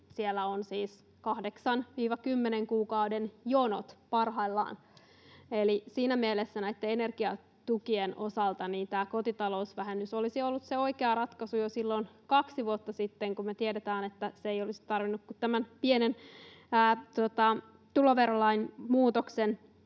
siellä on siis 8—10 kuukauden jonot parhaillaan. Siinä mielessä näitten energiatukien osalta tämä kotitalousvähennys olisi ollut se oikea ratkaisu jo silloin kaksi vuotta sitten, kun me tiedetään, että ei olisi tarvinnut kuin tämän pienen tuloverolain muutoksen